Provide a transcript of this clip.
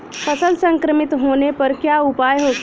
फसल संक्रमित होने पर क्या उपाय होखेला?